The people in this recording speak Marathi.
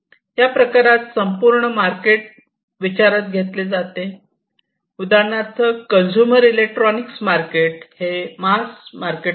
या प्रकारात संपूर्ण मार्केट विचारात घेतले जाते उदाहरणार्थ कंजूमर इलेक्ट्रॉनीक्स मार्केट हे मास मार्केट आहे